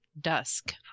dusk